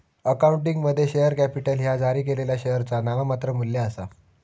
अकाउंटिंगमध्ये, share capital ह्या जारी केलेल्या शेअरचा नाममात्र मू्ल्य आसा